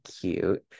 cute